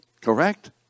Correct